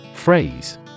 Phrase